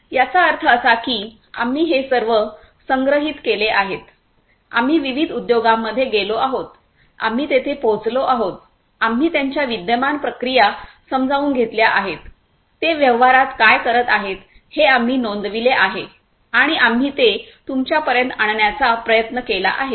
याचा अर्थ असा की आम्ही हे सर्व संग्रहित केले आहेत आम्ही विविध उद्योगांमध्ये गेलो आहोत आम्ही तेथे पोहोचलो आहोत आम्ही त्यांच्या विद्यमान प्रक्रिया समजावून घेतल्या आहेत ते व्यवहारात काय करत आहेत हे आम्ही नोंदविले आहे आणि आम्ही ते तुमच्यापर्यंत आणण्याचा प्रयत्न केला आहे